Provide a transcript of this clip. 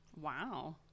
Wow